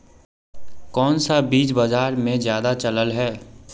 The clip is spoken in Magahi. कोन सा बीज बाजार में ज्यादा चलल है?